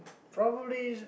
probably